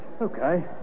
Okay